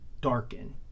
darken